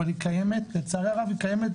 אבל היא קיימת לצערי הרב היא קיימת